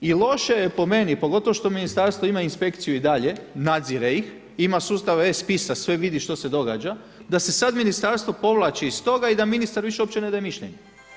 I loše je po meni, pogotovo što Ministarstvo ima inspekciju i dalje, nadzire ih, ima sustav e-spisa, sve vidi što se događa, da se sad Ministarstvo povlači iz toga i da ministar više uopće ne daje mišljenje.